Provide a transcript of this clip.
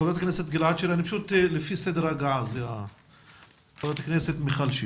חברת הכנסת מיכל שיר.